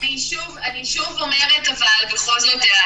אני שוב אומרת בכל זאת,